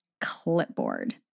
Clipboard